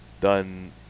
done